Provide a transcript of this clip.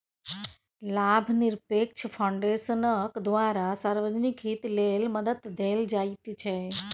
लाभनिरपेक्ष फाउन्डेशनक द्वारा सार्वजनिक हित लेल मदद देल जाइत छै